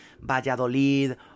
Valladolid